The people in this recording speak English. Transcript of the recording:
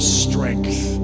strength